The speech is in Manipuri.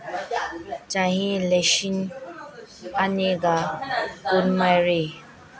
ꯆꯍꯤ ꯂꯤꯁꯤꯡ ꯑꯅꯤꯒ ꯀꯨꯟꯃꯔꯤ